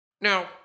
Now